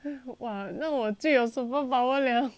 哇那我最有 super power 了